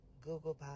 Google